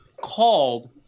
called